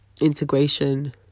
integration